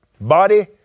Body